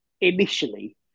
initially